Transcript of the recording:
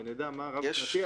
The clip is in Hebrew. ונדע מה רב-שנתי.